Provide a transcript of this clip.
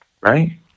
Right